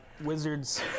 wizards